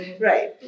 Right